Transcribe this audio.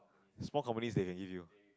small company that you